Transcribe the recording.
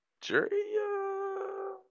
jury